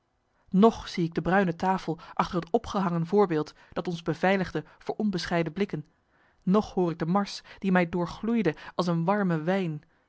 nog zie ik de bruine tafel achter het opgehangen voorbeeld dat ons beveiligde voor onbescheiden blikken nog hoor ik de marsch die mij doorgloeide als een warme wijn